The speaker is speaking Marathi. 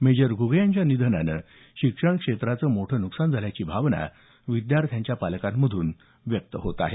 मेजर घ्गे यांच्या निधनानं शिक्षण क्षेत्राचं मोठं नुकसान झाल्याची भावना विद्यार्थ्यांच्या पालकांमधून व्यक्त होत आहे